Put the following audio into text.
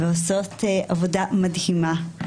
ועושות עבודה מדהימה.